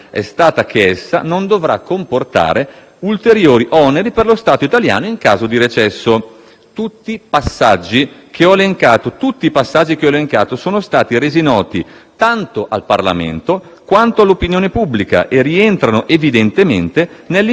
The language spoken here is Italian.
ulteriori oneri per lo Stato italiano in caso di recesso. Tutti i passaggi che ho elencato sono stati resi noti tanto al Parlamento quanto all'opinione pubblica, e rientrano evidentemente nell'impegno assunto con il contratto di Governo.